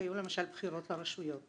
כי היו למשל בחירות לרשויות.